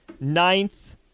ninth